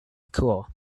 school